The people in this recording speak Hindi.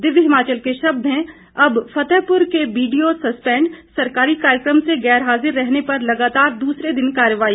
दिव्य हिमाचल के शब्द हैं अब फतेहपुर के बीडीओ सस्पेंड सरकारी कार्यक्रम से गैरहाजिर रहने पर लगातार दूसरे दिन कार्रवाई